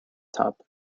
top